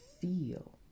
feel